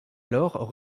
alors